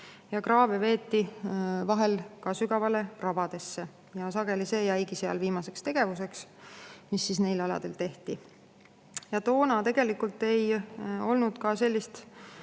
Kraave veeti vahel ka sügavale rabadesse. Sageli see jäigi viimaseks tegevuseks, mis neil aladel tehti. Toona tegelikult ei olnud väga [selget]